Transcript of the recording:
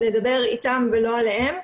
לדבר איתם ולא עליהם.